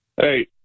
Hey